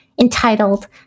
entitled